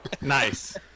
Nice